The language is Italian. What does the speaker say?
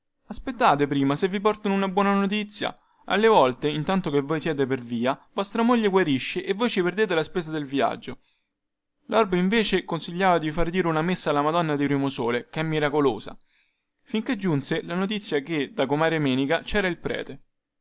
aspettate prima se vi portano un buona notizia alle volte intanto che voi siete per via vostra moglie guarisce e voi ci perdete la spesa del viaggio lorbo invece consigliava di far dire una messa alla madonna di primosole chè miracolosa finchè giunse la notizia che da comare menica cera il prete